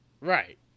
Right